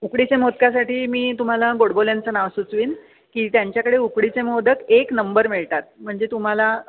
उकडीचे मोदकासाठी मी तुम्हाला गोडबोल्यांचं नाव सुचवीन की त्यांच्याकडे उकडीचे मोदक एक नंबर मिळतात म्हणजे तुम्हाला